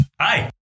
Hi